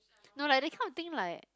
no like that kind of thing like